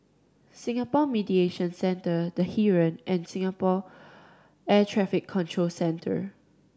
Singapore Mediation Center The Heeren and Singapore Air Traffic Control Center